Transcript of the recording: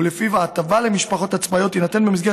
ולפיו ההטבה למשפחות עצמאיות תינתן במסגרת